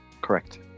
Correct